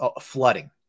flooding